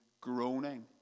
groaning